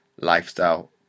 lifestyle